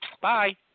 Bye